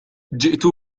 جئت